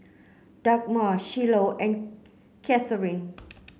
Dagmar Shiloh and Katheryn